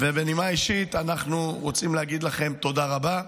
ובנימה אישית, אנחנו רוצים להגיד לכם תודה רבה.